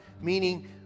meaning